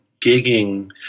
gigging